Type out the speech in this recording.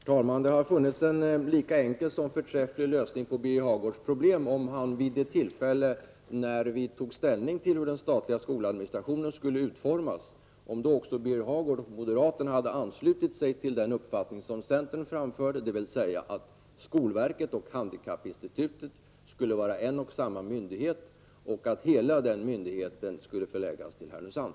Herr talman! Det hade funnits en lika enkel som förträfflig lösning på Birger Hagårds problem, om han och moderaterna vid det tillfälle då vi tog ställning till hur den statliga skoladministrationen skall utformas hade anslutit sig till den uppfattning som centern framförde, dvs. att skolverket och handikappinstitutet skulle vara en och samma myndighet och att hela den myndigheten skulle förläggas till Härnösand.